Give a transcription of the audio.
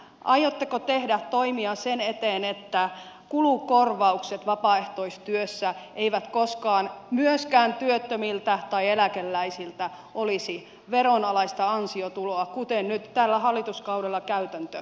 aiotteko tehdä toimia sen eteen että kulukorvaukset vapaaehtoistyössä eivät koskaan myöskään työttömiltä tai eläkeläisiltä olisi veronalaista ansiotuloa kuten nyt tällä hallituskaudella käytäntö on muuttunut